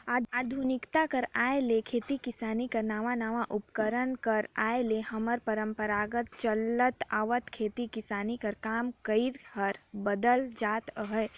आधुनिकता कर आए ले खेती किसानी कर नावा नावा उपकरन कर आए ले हमर परपरागत चले आवत खेती किसानी कर काम करई हर बदलत जात अहे